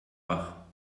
bach